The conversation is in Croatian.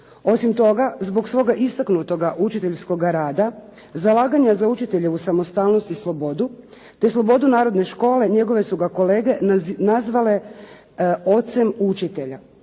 Osim toga, zbog svoga istaknutoga učiteljskoga rada, zalaganja za učitelje u samostalnost i slobodu te slobodu narodne škole, njegovi su ga kolege nazvale ocem učitelja.